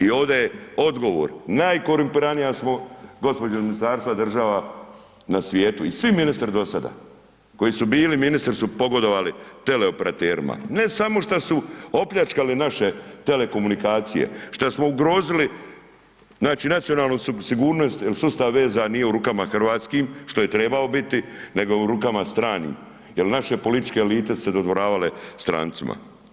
I ovdje je odgovor, najkorumpiranija smo, gospođo iz ministarstva, država na svijetu i svi ministri do sada koji su bili ministri su pogodovali teleoperaterima, ne samo šta su opljačkali naše telekomunikacije, šta smo ugrozili, znači, nacionalnu sigurnost jel sustav vezan nije u rukama hrvatskim, što je trebao biti, nego je u rukama stranim, jel naše političke elite su se dodvoravale strancima.